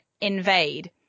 invade